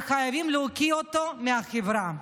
וחייבים להוקיע אותו מהחברה.